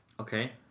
Okay